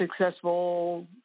successful